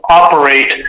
operate